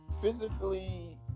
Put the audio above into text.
physically